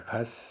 এসাজ